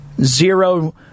zero